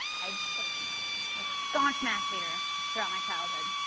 i like was a staunch math hater throughout my childhood.